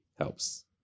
helps